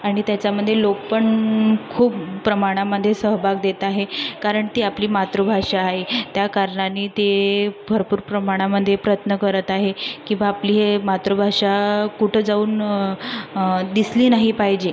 आणि त्याच्यामध्ये लोक पण खूप प्रमाणामध्ये सहभाग देत आहे कारण ती आपली मातृभाषा आहे त्या कारणाने ते भरपूर प्रमाणामध्ये प्रयत्न करत आहे की बा आपली हे मातृभाषा कुठं जाऊन दिसली नाही पाहिजे